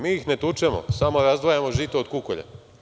Mi ih ne tučemo, samo razdvajamo žito od kukolja.